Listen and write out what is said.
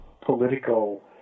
political